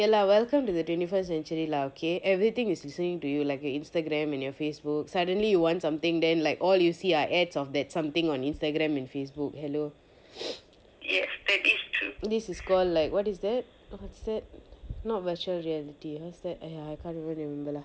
ya lah welcome to the twenty first century lah okay everything is listening to you like your instagram and your facebook suddenly you want something then like all you see are ads of that something on instagram and facebook hello this is called like what is that that not virtual reality that !aiya! I can't remember lah